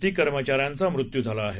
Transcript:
T कर्मचाऱ्यांचा मृत्यू झाला आहे